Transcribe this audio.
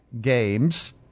games